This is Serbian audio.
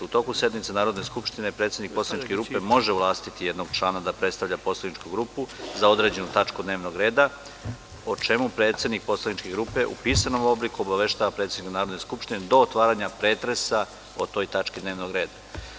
U toku sednice Narodne skupštine predsednik poslaničke grupe može ovlastiti jednog člana da predstavlja poslaničku grupu za određenu tačku dnevnog reda, o čemu predsednik poslaničke grupe u pisanom obliku obaveštava predsednika Narodne skupštine do otvaranja pretresa o toj tački dnevnog reda“